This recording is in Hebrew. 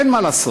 אין מה לעשות.